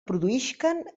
produïsquen